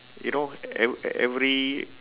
you know eve~ every